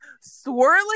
swirling